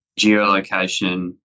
geolocation